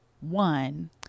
one